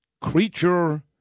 Creature